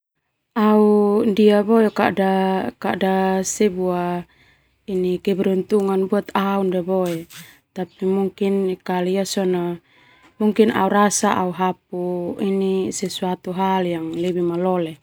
Au ndia boe kada sebuah keberuntungan buat au, tapi mungkin au rasa hapu ini sesuatu hal yang lebih malole.